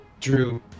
Drew